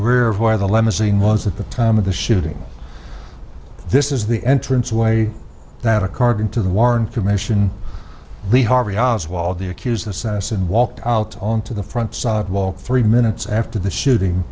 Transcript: rear of where the limousine was at the time of the shooting this is the entrance way that according to the warren commission lee harvey oswald the accused assassin walked out onto the front sidewalk three minutes after the shooting